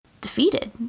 defeated